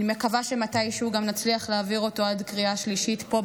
אני מקווה שמתישהו נצליח להעביר אותו גם בקריאה שלישית פה,